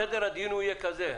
סדר הדיון יהיה כזה,